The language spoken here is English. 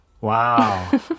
Wow